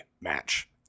Match